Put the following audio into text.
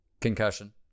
Concussion